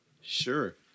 Sure